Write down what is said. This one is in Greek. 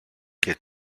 και